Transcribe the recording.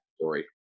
story